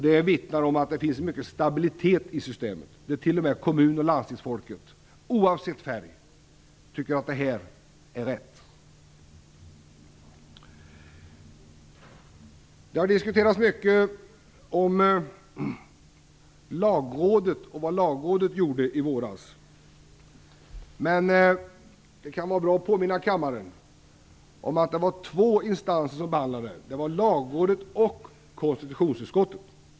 Det vittnar om att det finns mycket stabilitet i systemet när t.o.m. kommun och landstingspolitiker, oavsett färg, tycker att det här är rätt. Det Lagrådet gjorde i våras har diskuterats mycket. Det kan vara bra att påminna kammaren om att det var två instanser som behandlade frågan, Lagrådet och konstitutionsutskottet.